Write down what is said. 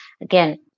again